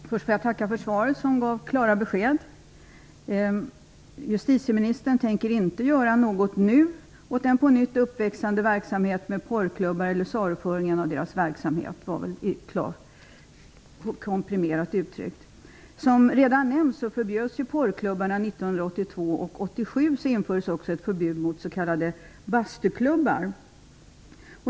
Herr talman! Jag tackar för svaret, som gav klara besked. Justitieministern tänker inte nu göra något åt den på nytt uppväxande verksamheten med porrklubbar eller saluföringen av deras verksamhet, komprimerat uttryckt. bastuklubbar.